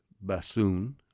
Bassoon